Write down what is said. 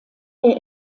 der